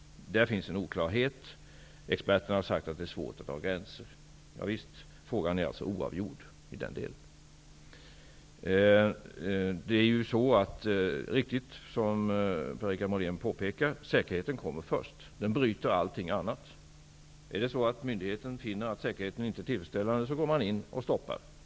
Där finns en oklarhet. Experterna anser att det är svårt att dra gränser. Frågan är således oavgjord i den delen. Det är riktigt som Per-Richard Molén påpekade, att säkerheten sätts först. Den bryter allting annat. Om myndigheten finner att säkerheten inte är tillfredsställande, går den in och stoppar.